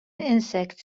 insects